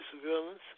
surveillance